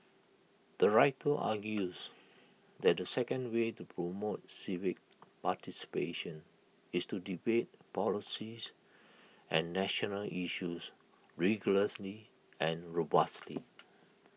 the writer argues that the second way to promote civic participation is to debate policies and national issues rigorously and robustly